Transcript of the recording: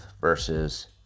versus